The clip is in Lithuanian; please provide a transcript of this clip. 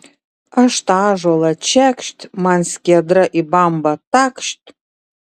aš tą ąžuolą čekšt man skiedra į bambą takšt